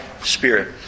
spirit